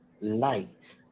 light